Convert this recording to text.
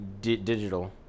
digital